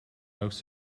most